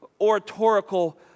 oratorical